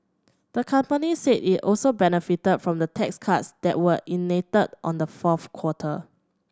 the company said it also benefited from the tax cuts that were enacted on the fourth quarter